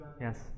Yes